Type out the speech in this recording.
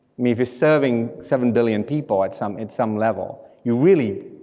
mean, if you're serving seven billion people at some at some level, you really,